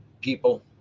people